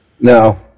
No